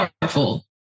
powerful